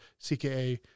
CKA